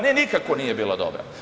Ne, nikako nije bila dobra.